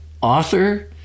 author